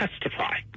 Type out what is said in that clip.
testify